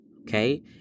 okay